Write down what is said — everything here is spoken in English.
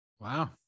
Wow